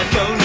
go